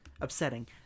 upsetting